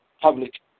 public